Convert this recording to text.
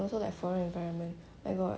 I also like foreign environment like got